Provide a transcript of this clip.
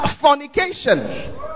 fornication